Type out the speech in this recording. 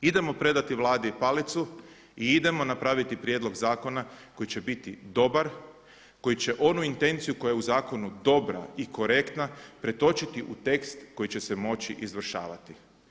Idemo predati Vladi palicu i idemo napraviti prijedlog zakona koji će biti dobar, koji će onu intenciju koja je u zakonu dobra i korektna pretočiti u tekst koji će se moći izvršavati.